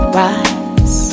rise